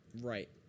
Right